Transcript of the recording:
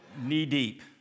knee-deep